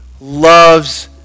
loves